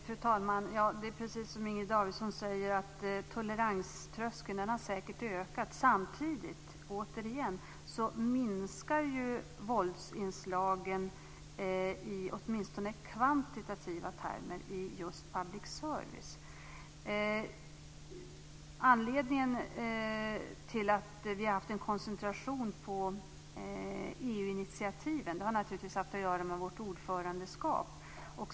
Fru talman! Det är precis som Inger Davidson säger, att toleranströskeln säkert har ökat. Samtidigt - återigen - minskar våldsinslagen i åtminstone kvantitativa termer i just public service. Anledningen till att vi har haft en koncentration på EU-initiativen har naturligtvis haft att göra med vårt ordförandeskap.